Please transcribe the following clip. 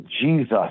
jesus